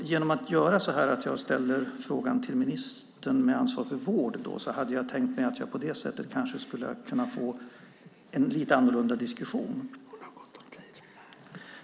Genom att jag ställer frågan till ministern med ansvar för vård hade jag tänkt mig att jag på det sättet kanske skulle kunna få en lite annorlunda diskussion.